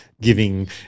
giving